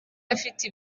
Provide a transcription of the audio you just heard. afite